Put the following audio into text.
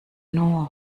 nur